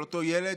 של אותו ילד,